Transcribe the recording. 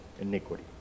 iniquity